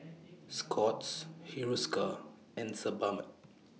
Scott's Hiruscar and Sebamed